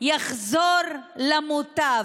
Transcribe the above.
יחזור למוטב,